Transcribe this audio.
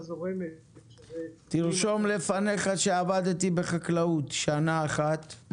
תרשום לפניך שעבדתי בחקלאות שנה אחת.